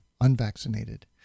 unvaccinated